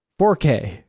4K